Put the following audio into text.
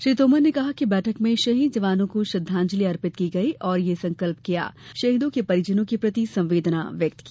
श्री तोमर ने कहा कि बैठक में शहीद जवानों को श्रद्धांजलि अर्पित की गई और यह संकल्प किया और शहीद जवानों के परिजनों के प्रति संवेदना व्यक्त की